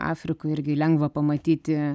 afrikoj irgi lengva pamatyti